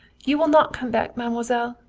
you will not come back, mademoiselle.